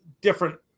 different